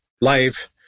life